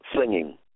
singing